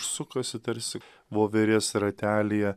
sukasi tarsi voverės ratelyje